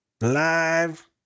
Live